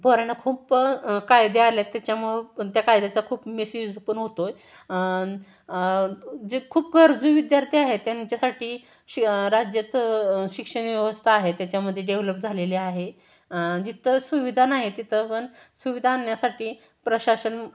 पोरांना खूप कायदे आले आहेत त्याच्यामुळं पण त्या कायद्याचा खूप मीसयूज पण होतो आहे आणि जे खूप गरजू विद्यार्थी आहेत त्यांच्यासाठी शि राज्यात शिक्षणव्यवस्था आहे त्याच्यामध्ये डेव्हलप झालेले आहे जिथं सुविधा नाही तिथं पण सुविधा आणण्यासाठी प्रशासन